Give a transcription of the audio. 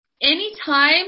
Anytime